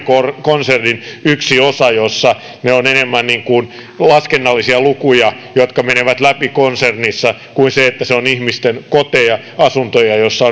konsernin yksi osa jossa ne ovat enemmän niin kuin laskennallisia lukuja jotka menevät läpi konsernissa kuin ihmisten koteja asuntoja joissa